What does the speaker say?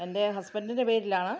എൻ്റെ ഹസ്ബൻറ്റിൻ്റെ പേരിലാണ്